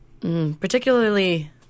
particularly